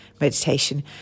meditation